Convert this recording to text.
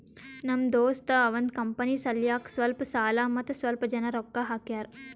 ನಮ್ ದೋಸ್ತ ಅವಂದ್ ಕಂಪನಿ ಸಲ್ಯಾಕ್ ಸ್ವಲ್ಪ ಸಾಲ ಮತ್ತ ಸ್ವಲ್ಪ್ ಜನ ರೊಕ್ಕಾ ಹಾಕ್ಯಾರ್